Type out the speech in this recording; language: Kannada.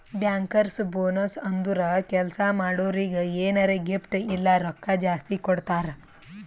ಬ್ಯಾಂಕರ್ಸ್ ಬೋನಸ್ ಅಂದುರ್ ಕೆಲ್ಸಾ ಮಾಡೋರಿಗ್ ಎನಾರೇ ಗಿಫ್ಟ್ ಇಲ್ಲ ರೊಕ್ಕಾ ಜಾಸ್ತಿ ಕೊಡ್ತಾರ್